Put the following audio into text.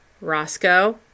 Roscoe